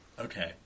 Okay